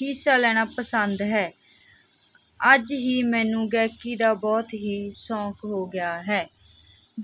ਹਿੱਸਾ ਲੈਣਾ ਪਸੰਦ ਹੈ ਅੱਜ ਹੀ ਮੈਨੂੰ ਗਾਇਕੀ ਦਾ ਬਹੁਤ ਹੀ ਸ਼ੌਂਕ ਹੋ ਗਿਆ ਹੈ